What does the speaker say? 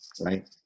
right